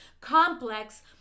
complex